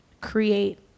create